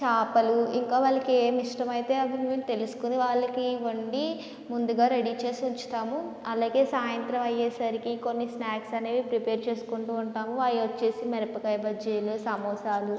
చేపలు ఇంకా వాళ్ళకి ఏమి ఇష్టమైతే అవి మేము తెలుసుకుని వాళ్ళకి వండి ముందుగా రెడీ చేసి ఉంచుతాము అలాగే సాయంత్రం అయ్యేసరికి కొన్ని స్నాక్స్ అనేవి ప్రిపేర్ చేసుకుంటూ ఉంటాము అవి వచ్చేసి మిరపకాయ బజ్జీలు సమోసాలు